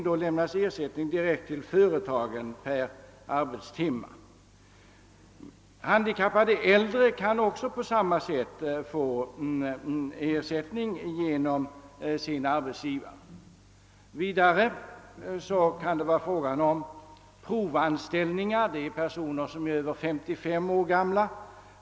Då lämnas ersättning direkt till företagen per arbetstimme. Handikappade äldre kan på samma sätt få ersättning genom sina arbetsgivare. Vidare kan det vara fråga om provanställningar för personer som är över 55 år gamla.